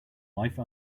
life